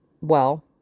Well